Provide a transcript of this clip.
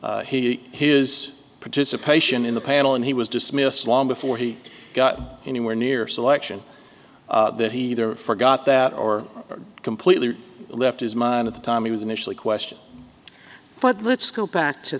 he his participation in the panel and he was dismissed long before he got anywhere near selection that he either forgot that or completely left his mind at the time he was initially question but let's go back to